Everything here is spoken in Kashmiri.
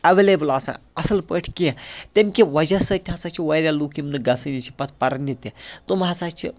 ایٚولیبٕل آسان اصٕل پٲٹھۍ کیٚنٛہہ تَمہِ کہِ وَجہ سۭتۍ تہِ ہَسا چھِ واریاہ لُکھ یِم نہٕ گَژھٲنی چھِ پَتہٕ پَرنہِ تہِ تِم ہَسا چھِ